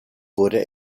wurde